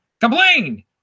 Complain